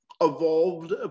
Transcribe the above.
evolved